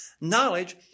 Knowledge